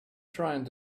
trying